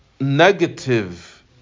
negative